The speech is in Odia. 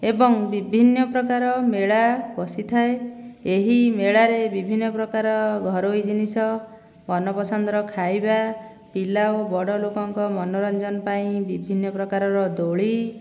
ଏବଂ ବିଭିନ୍ନ ପ୍ରକାର ମେଳା ବସିଥାଏ ଏହି ମେଳାରେ ବିଭିନ୍ନ ପ୍ରକାର ଘରୋଇ ଜିନିଷ ମନପସନ୍ଦର ଖାଇବା ପିଲା ଓ ବଡ଼ ଲୋକଙ୍କ ମନୋରଞ୍ଜନ ପାଇଁ ବିଭିନ୍ନ ପ୍ରକାରର ଦୋଳି